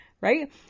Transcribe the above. right